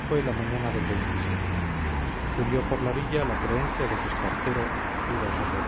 fue la mañana del cundió por la villa la creencia de que espartero iba sobre